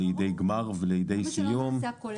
היה דיון ארוך וממצה.